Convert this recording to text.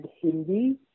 Hindi